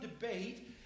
debate